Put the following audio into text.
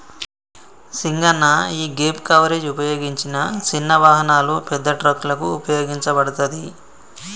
సింగన్న యీగేప్ కవరేజ్ ఉపయోగించిన సిన్న వాహనాలు, పెద్ద ట్రక్కులకు ఉపయోగించబడతది